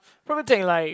probably take like